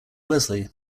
wesley